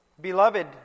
Beloved